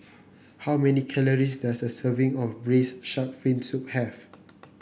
how many calories does a serving of Braised Shark Fin Soup have